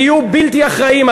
תהיו בלתי אחראיים.